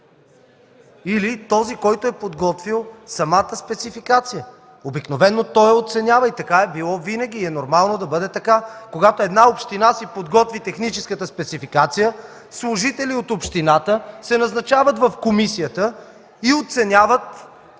или този, който е подготвил самата спецификация. Обикновено той я оценява и така е било винаги, и е нормално да бъде така. Когато една община си подготви техническата спецификация, служители от общината се назначават в комисията и оценяват